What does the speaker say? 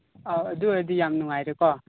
ꯑꯥ ꯑꯗꯨ ꯑꯣꯏꯔꯗꯤ ꯌꯥꯝ ꯅꯨꯡꯉꯥꯏꯔꯦꯀꯣ